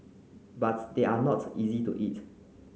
but they are not easy to eat